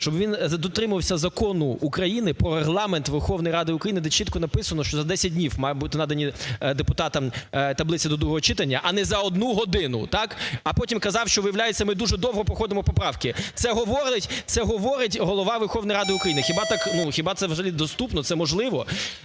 щоб він дотримувався Закону України "Про Регламент Верховної Ради України", де чітко написано, що за 10 днів мають бути надані депутатам таблиці до другого читання, а не за 1 годину, так, а потім казав, що, виявляється, ми дуже довго проходимо поправки. Це говорить Голова Верховної Ради України. Хіба так… хіба це взагалі доступно, це можливо?